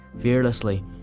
Fearlessly